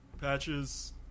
Patches